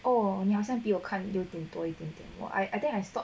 哦你好像比我看有点多一点 or I I think I stop